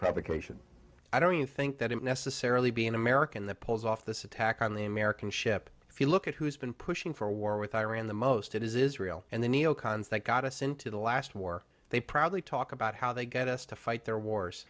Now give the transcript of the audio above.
provocation i don't think that it necessarily being american that pulls off this attack on the american ship if you look at who's been pushing for a war with iran the most it is israel and the neo cons that got us into the last war they probably talk about how they get us to fight their wars